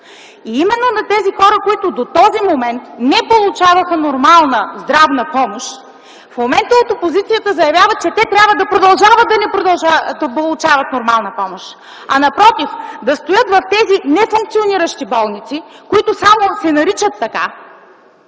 Именно на тези хора, които до този момент не получаваха нормална здравна помощ, в момента от опозицията заявяват, че те трябва да продължават да не получават нормална помощ, а напротив - да стоят в тези нефункциониращи болници, които само се наричат така.